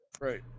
Right